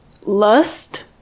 lust